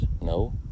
No